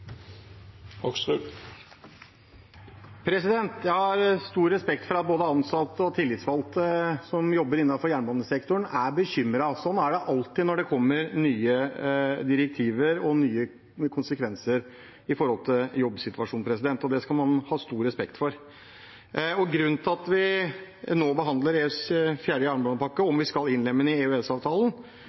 Jeg har stor respekt for at både ansatte og tillitsvalgte som jobber innenfor jernbanesektoren, er bekymret. Sånn er det alltid når det kommer nye direktiver og nye konsekvenser for jobbsituasjonen, og det skal man ha stor respekt for. Grunnen til at vi nå behandler EUs fjerde jernbanepakke, om vi skal innlemme den i